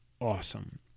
awesome